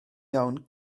iawn